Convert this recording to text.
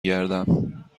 گردم